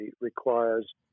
requires